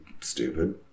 stupid